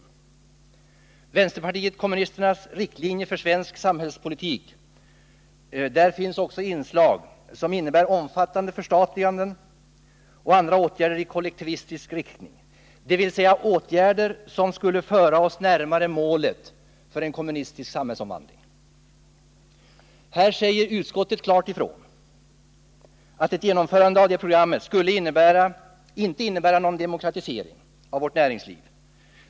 I vänsterpartiet kommunisternas riktlinjer för svensk samhällspolitik finns också inslag som innebär omfattande förstatliganden och andra åtgärder i kollektivistisk riktning, dvs. åtgärder som skulle föra oss närmare målet för en kommunistisk samhällsomvandling. Här säger utskottet klart ifrån att ett genomförande av det programmet inte skulle innebära någon demokratisering av vårt näringsliv.